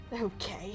Okay